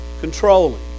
controlling